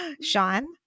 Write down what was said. Sean